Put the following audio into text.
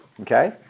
Okay